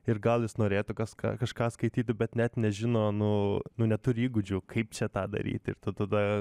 ir gal jis norėtų kažką kažką skaityti bet net nežino nu nu neturi įgūdžių kaip čia tą daryti ir tu tada